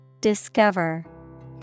Discover